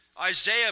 Isaiah